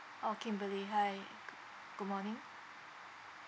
orh kimberly hi good morning